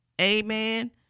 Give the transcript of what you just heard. Amen